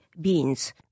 beans